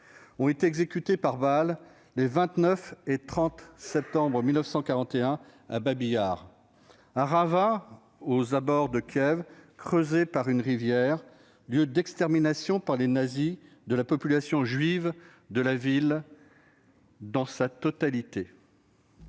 ont été exécutés par balles les 29 et 30 septembre 1941 à Babi Yar, un ravin aux abords de Kiev creusé par une rivière, lieu d'extermination par les nazis de la population juive de la ville dans sa totalité.